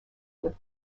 with